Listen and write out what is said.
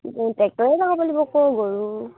ট্ৰেক্টৰে বাও বুলিব ক'ৰ গৰু